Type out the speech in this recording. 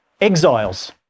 exiles